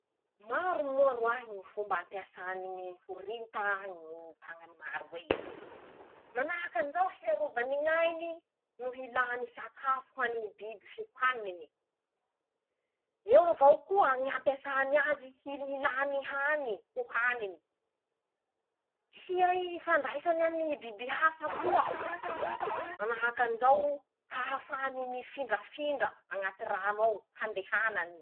Maro moa roahy ñy fomba ampiasany ñy horita ñy tañany maro rey: -Manahak'anizao ñy hiarovany ñ'ainy noho hilany sakafo ho any ñy biby ho haniny ;eo avao koa ñy hampiasany azy hily hilany hany ho haniny. hiay hifandraisany aminy ñy biby hafa koa. manahaky anizao hahafahany mifindrafindra añaty rano ao. andehanany.